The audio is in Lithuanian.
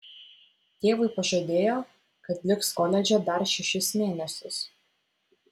tėvui pažadėjo kad liks koledže dar šešis mėnesius